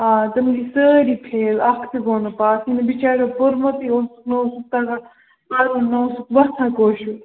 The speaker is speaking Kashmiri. آ تِم حظ چھِ سٲری فیل اکھ تہِ گوٚو نہٕ پاس ییٚلہِ نہٕ بِچاریو پوٚرمُتُے اوسُکھ نہٕ اوسُکھ تگان پَرُن نہ اوسُکھ وۄتھان کٲشُر